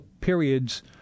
periods